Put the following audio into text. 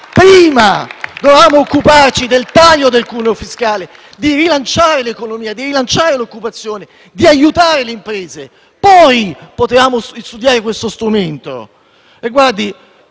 Prima avremmo dovuto occuparci del taglio del cuneo fiscale, di rilanciare l'economia, di rilanciare l'occupazione, di aiutare le imprese; poi avremmo potuto studiare questo strumento.